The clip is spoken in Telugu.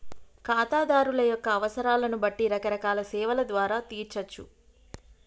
ఖాతాదారుల యొక్క అవసరాలను బట్టి రకరకాల సేవల ద్వారా తీర్చచ్చు